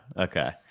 Okay